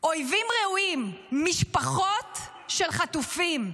אויבים ראויים, משפחות של חטופים.